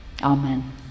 Amen